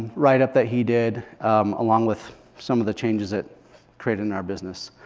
write up that he did along with some of the changes it created in our business.